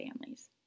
families